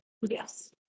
Yes